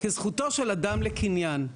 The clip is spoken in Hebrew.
כזכותו של אדם לקניין.